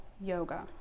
Yoga